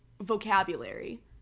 vocabulary